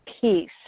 Peace